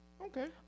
Okay